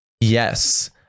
Yes